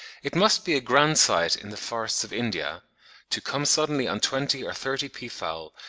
it must be a grand sight in the forests of india to come suddenly on twenty or thirty pea-fowl,